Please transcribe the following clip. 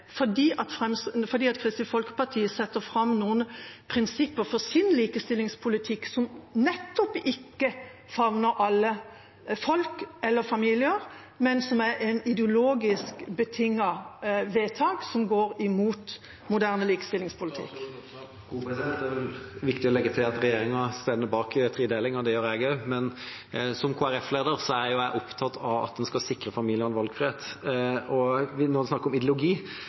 fordi Kristelig Folkeparti setter fram noen prinsipper for sin likestillingspolitikk som nettopp ikke favner alle familier, men som er et ideologisk betinget vedtak som går imot moderne likestillingspolitikk. Det er viktig å legge til at regjeringa står bak tredelingen, og det gjør jeg også, men som Kristelig Folkeparti-leder er jeg opptatt av at en skal sikre familiene valgfrihet. Når en nå snakker om ideologi,